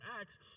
Acts